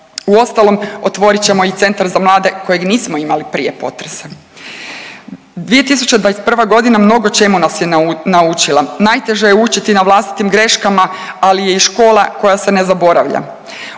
Uostalom otvorit ćemo i centar za mlade kojeg nismo imali prije potresa. 2021.g. mnogo čemu nas je naučila, najteže je učiti na vlastitim greškama, ali je i škola koja se ne zaboravlja.